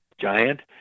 giant